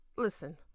Listen